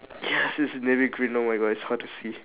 yes it's navy green oh my god it's hard to see